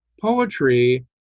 poetry